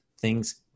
thing's